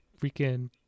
freaking